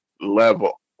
level